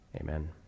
amen